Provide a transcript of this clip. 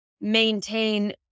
maintain